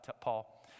Paul